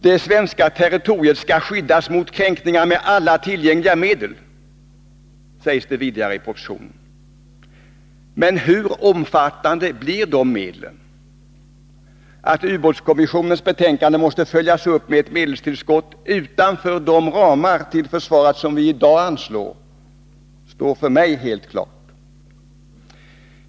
”Det svenska territoriet skall skyddas mot kränkningar med alla tillgängliga medel”, sägs det vidare i propositionen. Men hur omfattande blir de medlen? Att ubåtskommissionens betänkande måste följas upp med ett medelstillskott utanför de ramar till försvaret som vi i dag anslår står för mig helt klart.